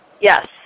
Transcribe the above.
yes